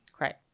Right